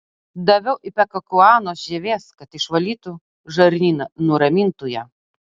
daviau ipekakuanos žievės kad išvalytų žarnyną nuramintų ją